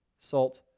Salt